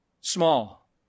small